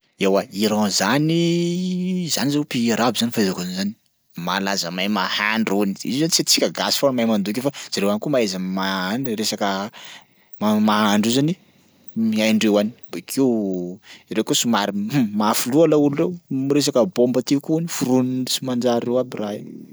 Eoa Iran zany zany zao pays arabo zany fahaizako an'zany. Malaza mahay mahandro hono. Io zany tsy antsika gasy foana mahay mandoky io fa zareo any koa mahay za- ma- any le resaka ma- mahandro io zany ny haindreo any. Bakeo reo koa somary um! mafy loha laolo reo am'resaka baomba ty koa noforonin'ny tsy manjary reo aby raha io.